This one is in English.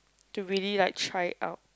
to really like try it out